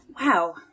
Wow